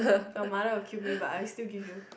your mother will kill me but I still give you